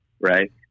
Right